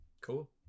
Cool